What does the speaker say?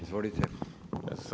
Izvolite.